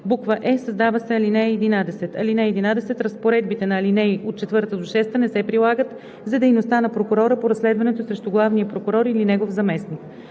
– 6“; е) създава се ал. 11: „(11) Разпоредбите на ал. 4 – 6 не се прилагат за дейността на прокурора по разследването срещу главния прокурор или негов заместник.“